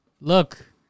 look